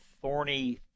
thorny